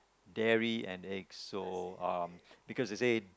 dairy and egg so um because they say